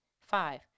Five